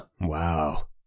wow